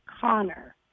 Connor